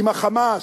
עם ה"חמאס",